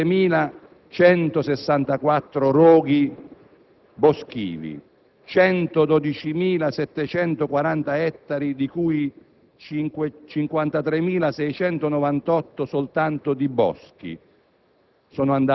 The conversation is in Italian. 7.164 roghi boschivi; 112.740 ettari, di cui 53.698 soltanto di boschi,